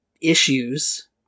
issues